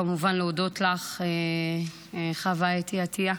כמובן, להודות לך, חוה אתי עטייה.